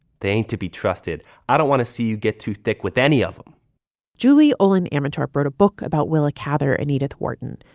they ain't to be trusted i don't want to see you get too thick with any of them julie ohlin ammentorp wrote a book about willa cather and edith wharton.